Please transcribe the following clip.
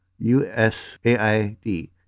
USAID